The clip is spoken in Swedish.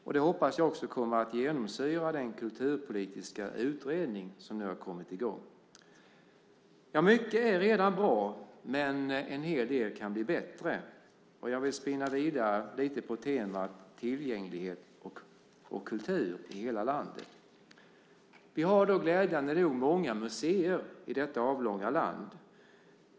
Jag hoppas att det också kommer att genomsyra den kulturpolitiska utredning som nu har kommit i gång. Mycket är redan bra, men en hel del kan bli bättre. Jag vill spinna vidare lite grann på temat tillgänglighet och kultur i hela landet. Vi har glädjande nog många museer i detta avlånga land.